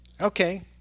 Okay